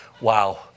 wow